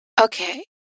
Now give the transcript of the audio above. Okay